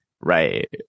right